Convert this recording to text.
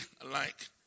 alike